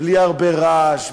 בלי הרבה רעש,